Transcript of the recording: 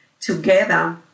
Together